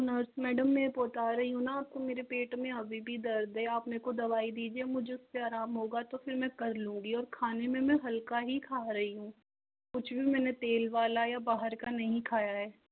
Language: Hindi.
नर्स मैडम मैं बता रही हूँ ना आपको मेरे पेट में अभी भी दर्द है आप मेरे को दवाई दीजिए मुझे उससे आराम होगा तो फिर में कर लूँगी और खाने में मैं हल्का ही खा रही हूँ कुछ भी मैंने तेल वाला या बाहर का नहीं खाया है